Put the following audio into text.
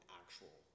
actual